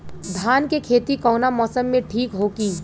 धान के खेती कौना मौसम में ठीक होकी?